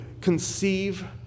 conceive